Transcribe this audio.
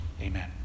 Amen